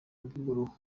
bw’uruhu